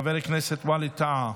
חבר הכנסת ווליד טאהא.